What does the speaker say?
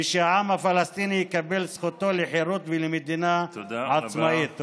ושהעם הפלסטיני יקבל את זכותו לחירות ולמדינה עצמאית.